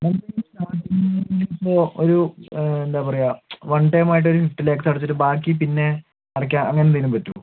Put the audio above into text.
നമ്മക്ക് ഇപ്പം സ്റ്റാർട്ടിംഗ് ഇപ്പം ഒരു എന്താ പറയാ വൺ ടൈമായിട്ട് ഒരു ഫിഫ്റ്റി ലാക്ക്സ് അടച്ചിട്ട് ബാക്കി പിന്നെ അടയ്ക്കാം അങ്ങനെ എന്തങ്കിലും പറ്റുമോ